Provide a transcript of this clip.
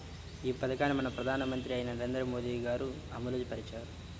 ఈ పథకాన్ని మన ప్రధానమంత్రి అయిన నరేంద్ర మోదీ గారు అమలు పరిచారు